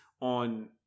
on